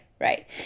right